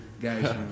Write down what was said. guys